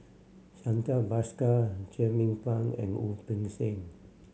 Santha Bhaskar Jernnine Pang and Wu Peng Seng